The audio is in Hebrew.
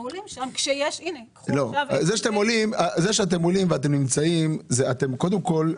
אנחנו עולים שם כשיש -- זה שאתם עולים ונמצאים קודם כול,